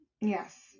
Yes